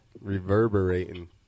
reverberating